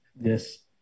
Yes